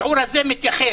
השיעור הזה מתייחס